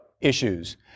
issues